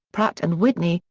pratt and whitney,